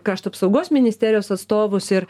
krašto apsaugos ministerijos atstovus ir